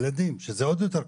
ילדים, שזה עוד יותר קשה.